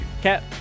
cat